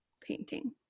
painting